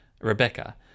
Rebecca